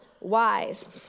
wise